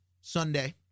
Sunday